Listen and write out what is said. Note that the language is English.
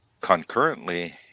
concurrently